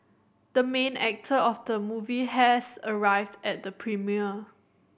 the main actor of the movie has arrived at the premiere